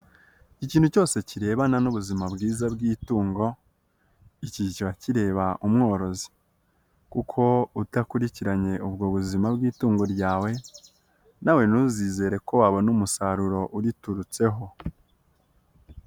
Ikintu cyose kirebana n'ubuzima bwiza bw'itungo, icyi kiba kireba umworozi kuko utakurikiranye ubwo buzima bw'itungo ryawe, nawe ntuzizere ko wabona umusaruro uriturutseho.